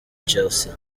chelsea